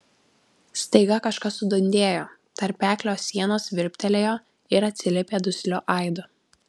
staiga kažkas sudundėjo tarpeklio sienos virptelėjo ir atsiliepė dusliu aidu